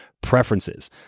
preferences